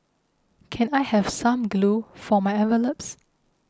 can I have some glue for my envelopes